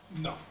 No